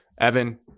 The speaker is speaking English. Evan